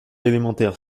élémentaire